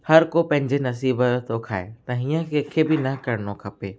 हर को पंहिंजे नसीब जो थो खाए त हीअं कंहिंखे बि न करिणो खपे